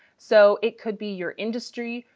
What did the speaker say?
so it could be your industry,